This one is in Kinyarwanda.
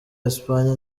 espagne